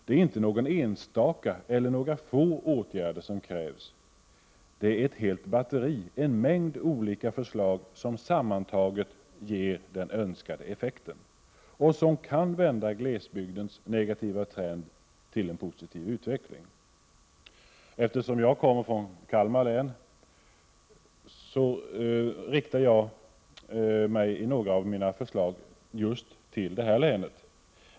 Det är inte någon enstaka eller några få åtgärder som krävs, det är ett helt batteri, en mängd olika förslag som sammantaget ger den önskade effekten och som kan vända glesbygdens negativa trend till en positiv utveckling. Eftersom jag kommer från Kalmar län riktar jag mig i några av mina förslag till just detta län.